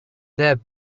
that